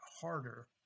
harder